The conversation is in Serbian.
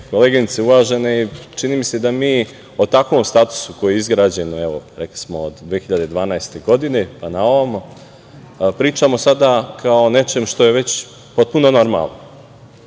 koleginice i čini mi se da mi o takvom statusu koji je izgrađen, evo rekli smo od 2012. godine pa na ovamo, pričamo sada kao o nečemu što je već potpuno normalno.